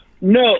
no